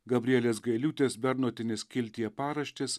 gabrielės gailiūtės bernotienės skiltyje paraštės